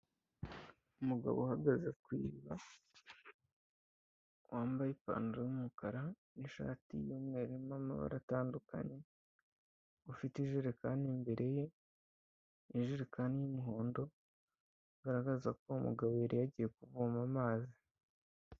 Umugabo uhagaze ku iriba, wambaye ipantaro y'umukara n'ishati y'umweru irimo amabara atandukanye, ufite ijerekani imbere ye, ijerekani y'umuhondo bigaragaza ko uwo mugabo yari yagiye kuvoma amazi.